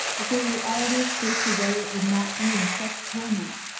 if it had already escaped away it would not be in such torment.